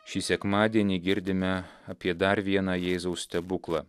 šį sekmadienį girdime apie dar vieną jėzaus stebuklą